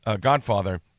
Godfather